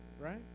right